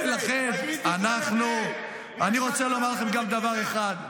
ולכן אנחנו, אני רוצה לומר לכם גם דבר אחד: